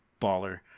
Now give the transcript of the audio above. baller